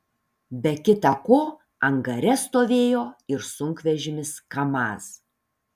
be kita ko angare stovėjo ir sunkvežimis kamaz